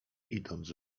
idąc